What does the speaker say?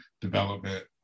development